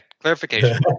clarification